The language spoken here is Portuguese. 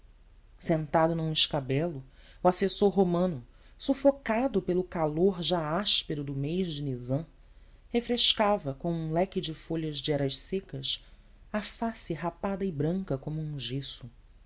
sentado num escabelo o assessor romano sufocado pelo calor já áspero do mês de nizam refrescava com um leque de folhas de heras secas a face rapada e branca como um gesso